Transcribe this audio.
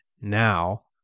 now